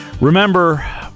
Remember